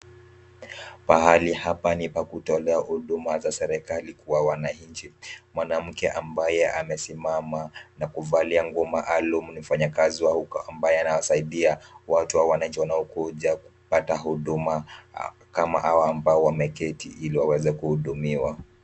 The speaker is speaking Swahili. Pahali hapa ni pa kutolea huduma za serikali kwa wananchi. Mwanamke ambaye amesimama na kuvalia nguo maalum ni mfanyakazi wa huku ambaye anawasaidia watu au wananchi wanaokuja kupata huduma kama hawa ambao wameketi ili waweze kuhudumiwa.